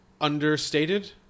understated